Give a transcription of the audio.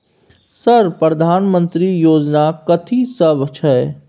Sir प्रधानमंत्री योजना कथि सब छै?